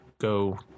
go